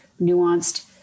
nuanced